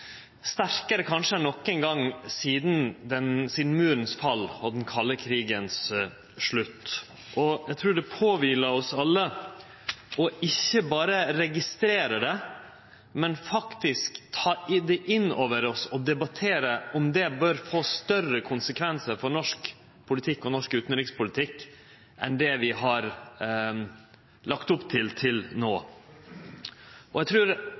sterkare enn nokon gong sidan muren fall og den kalde krigen slutta. Eg trur det kviler på oss alle ikkje berre å registrere det, men faktisk å ta det inn over oss og debattere om det bør få større konsekvensar for norsk politikk og norsk utanrikspolitikk enn det vi har lagt opp til til no. Dei endringane som vi no har sett i USA og